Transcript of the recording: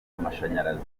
amashanyarazi